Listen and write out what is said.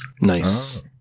Nice